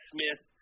Smith